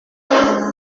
nta